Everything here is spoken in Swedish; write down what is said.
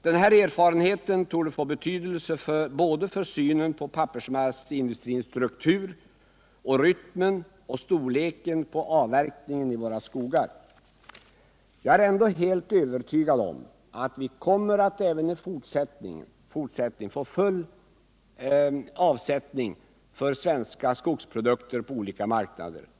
Den här erfarenheten torde få betydelse både för synen på pappersmasseindustrins struktur och för rytmen och storleken på avverkningen i våra skogar. Jag är ändå helt övertygad om att vi kommer att även i fortsättningen få full avsättning för svenska skogsprodukter på olika marknader.